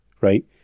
right